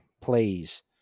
please